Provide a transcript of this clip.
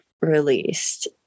released